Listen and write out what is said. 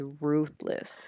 ruthless